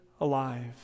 alive